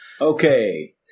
Okay